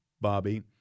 Bobby